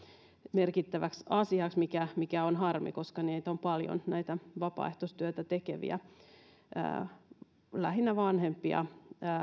merkittäväksi asiaksi mikä on harmi koska näitä vapaaehtoistöitä tekeviä on paljon lähinnä vanhempia